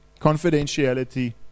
confidentiality